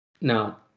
Now